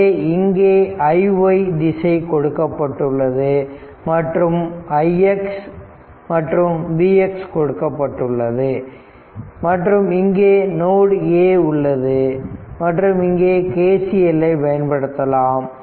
எனவே இங்கே iy திசை கொடுக்கப்பட்டுள்ளதுமற்றும் ix மற்றும் Vx கொடுக்கப்பட்டுள்ளது மற்றும் இங்கே நோடு A உள்ளது மற்றும் இங்கே KCL ஐ பயன்படுத்தலாம்